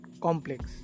complex